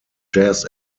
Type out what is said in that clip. jazz